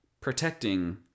protecting